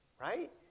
right